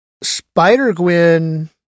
Spider-Gwen